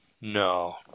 No